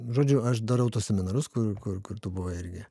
žodžiu aš darau tuos seminarus kur kur kur tu buvai irgi